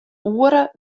oere